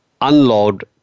unload